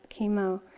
chemo